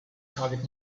target